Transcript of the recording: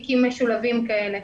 תיקים משולבים כאלה.